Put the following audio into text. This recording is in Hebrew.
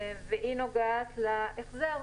היא נוגעת להחזר.